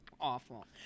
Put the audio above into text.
awful